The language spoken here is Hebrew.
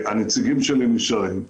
הנציגים שלי נשארים.